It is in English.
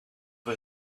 for